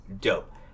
dope